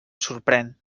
sorprèn